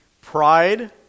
Pride